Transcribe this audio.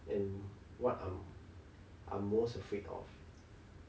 and what I'm I'm most afraid of